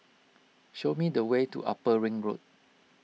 show me the way to Upper Ring Road